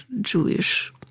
Jewish